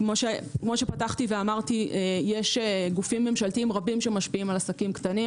כאמור יש גופים ממשלתיים רבים שמשפיעים על עסקים קטנים.